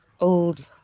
Old